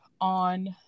on